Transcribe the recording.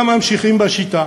וכולם ממשיכים בשיטה,